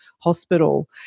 Hospital